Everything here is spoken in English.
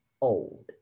old